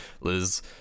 Liz